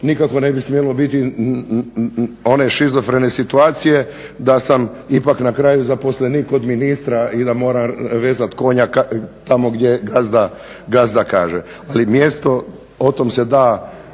nikako ne bi smjelo biti one šizofrene situacije da sam ipak na kraju zaposlenik od ministra i da moram vezati konja tamo gdje gazda kaže. Ali mjesto, o tome se da